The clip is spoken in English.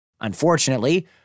Unfortunately